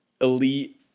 elite